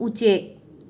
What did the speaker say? ꯎꯆꯦꯛ